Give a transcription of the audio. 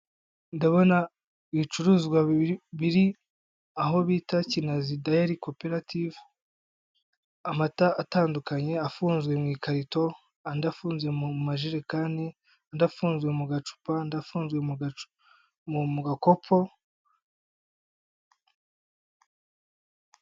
Ndabona ibicuruzwa biri aho bita Kinazi dayari koperative, amata atandukanye afunzwe mu ikarito, andi afunze mu majerekani, andi afunzwe mu gacupa, andi afunzwe mu gacupa, mu gakopo.